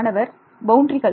மாணவர் பவுண்டரிகள்